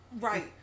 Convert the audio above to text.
Right